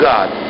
God